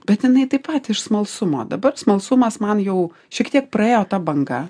bet jinai taip pat iš smalsumo dabar smalsumas man jau šiek tiek praėjo ta banga